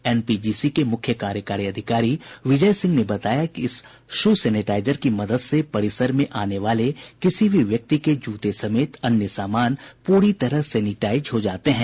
NPGC के मुख्य कार्यकारी अधिकारी विजय सिंह ने बताया कि इस शू सैनिटाइजर की मदद से परिसर में आने वाले किसी भी व्यक्ति के जूते समेत अन्य सामान पूरी तरह सैनिटाइज हो जाते हैं